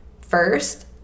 first